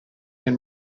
nel